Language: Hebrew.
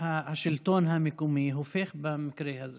ברור שהשלטון המקומי הופך במקרה הזה